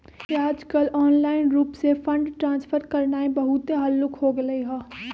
याजकाल ऑनलाइन रूप से फंड ट्रांसफर करनाइ बहुते हल्लुक् हो गेलइ ह